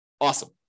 Awesome